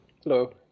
Hello